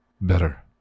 Better